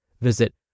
Visit